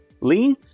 lean